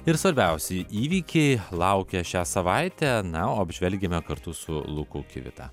ir svarbiausi įvykiai laukia šią savaitę na o apžvelgiame kartu su luku kivita